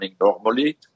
normally